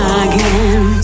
again